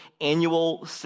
annual